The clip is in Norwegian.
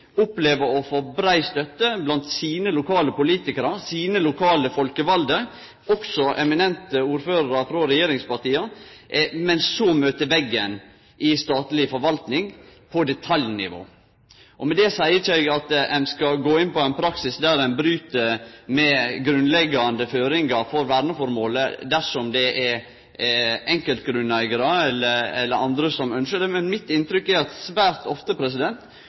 opplever å få brei støtte blant sine lokale politikarar, sine lokalt folkevalde – også eminente ordførarar frå regjeringspartia – men så møter dei veggen i statleg forvaltning på detaljnivå. Med det seier eg ikkje at ein skal gå inn på ein praksis der ein bryt med grunnleggjande føringar for verneføremålet dersom det er enkeltgrunneigarar eller andre som ynskjer det. Inntrykket mitt er at svært ofte